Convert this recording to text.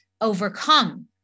overcome